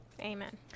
amen